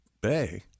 Bay